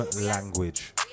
Language